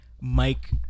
Mike